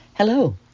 Hello